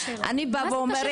אני באה ואומרת,